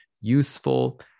useful